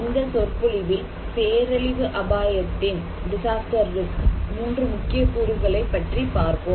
இந்த சொற்பொழிவில் பேரழிவு அபாயத்தின் மூன்று முக்கிய கூறுகளை பற்றி பார்ப்போம்